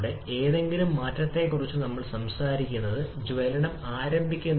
Carnot സൈക്കിളുമായി ചേർന്ന് നമ്മൾ സൂചിപ്പിച്ച കാര്യങ്ങളെക്കുറിച്ചും ചിന്തിക്കാം